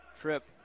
Trip